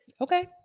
Okay